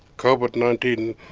covid, nineteen.